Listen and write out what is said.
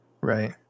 Right